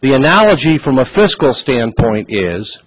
the analogy from a fiscal standpoint is